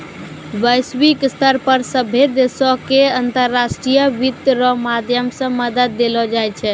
वैश्विक स्तर पर सभ्भे देशो के अन्तर्राष्ट्रीय वित्त रो माध्यम से मदद देलो जाय छै